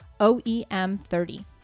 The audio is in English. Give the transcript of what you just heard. OEM30